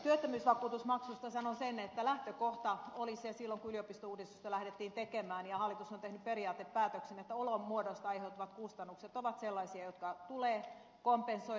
työttömyysvakuutusmaksusta sanon sen että lähtökohta oli se silloin kun yliopistouudistusta lähdettiin tekemään ja hallitus on tehnyt sen periaatepäätöksen että olomuodosta aiheutuvat kustannukset ovat sellaisia jotka tulee kompensoida